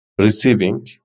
receiving